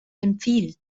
empfiehlt